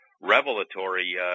revelatory